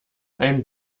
ein